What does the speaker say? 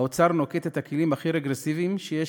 האוצר נוקט את הכלים הכי רגרסיביים שיש